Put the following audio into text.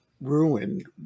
Ruined